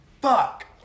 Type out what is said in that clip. Fuck